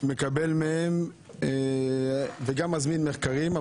מקבל ומזמין מחקרים.